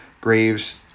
Graves